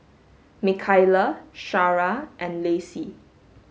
Mikaila Shara and Lacey